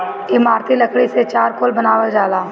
इमारती लकड़ी से चारकोल बनावल जाला